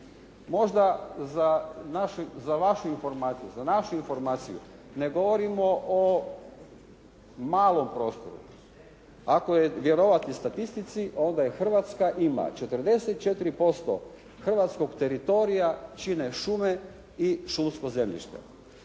Možda za vašu informaciju, za našu informaciju ne govorimo o malom prostoru, ako je vjerovati statistici, onda Hrvatska ima 44% hrvatskog teritorija čine šume i šumsko zemljište.